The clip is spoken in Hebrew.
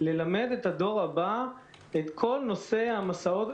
ללמד את הדור הבא את כל נושא השואה,